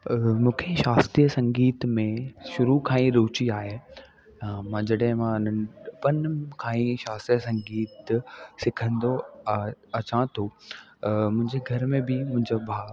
मूंखे शास्त्रीअ संगीत में शुरू खां ई रूची आहे मां जॾहिं मां नंढपण खां ई शास्त्रीअ संगीत सिखंदो अ अचां थो मुंहिंजे घर में बि मुंहिंजो भाउ